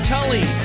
Tully